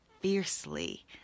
fiercely